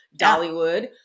Dollywood